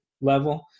level